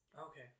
Okay